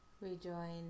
rejoin